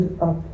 up